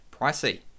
pricey